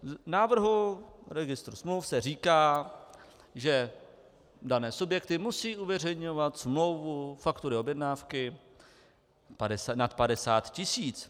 V návrhu registru smluv se říká, že dané subjekty musí uveřejňovat smlouvy, faktury a objednávky nad 50 tis.